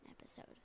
episode